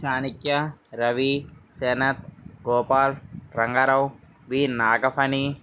Chanakya Ravi Senath Gopal Rangarao V Nagaphani